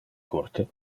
curte